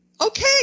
Okay